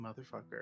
motherfucker